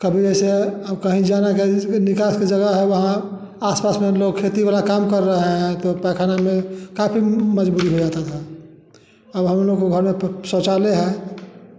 कभी ऐसे कहीं जाना का निकास की जगह है वहाँ आस पास में लोग खेती वाला काम कर रहें हैं तो पैखाना में काफ़ी मजबूरी हो जाता था अब हम लोगों को घर में शौचालय है